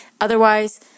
otherwise